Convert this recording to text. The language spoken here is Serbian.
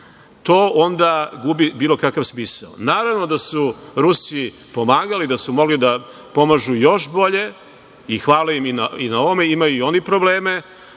to onda gubi bilo kakav smisao. Naravno, da su Rusi pomagali, da su mogli da pomažu još bolje, i hvala im i na ovome, imaju i oni probleme,